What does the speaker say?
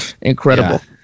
Incredible